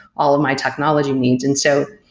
all of my technology needs. and so,